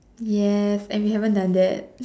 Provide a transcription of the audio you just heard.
yes and we haven't done that